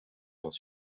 vont